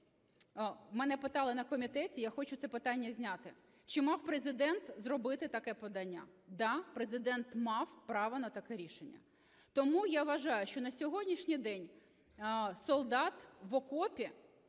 Мене питали на комітеті, я хочу це питання зняти. Чи мав Президент зробити таке подання? Да, Президент мав право на таке рішення. Тому я вважаю, що на сьогоднішній день солдат в окопі